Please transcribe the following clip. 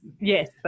Yes